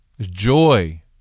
joy